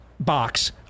box